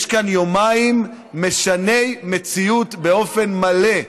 יש כאן יומיים משני מציאות באופן מלא,